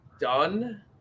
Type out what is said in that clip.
done